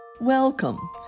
Welcome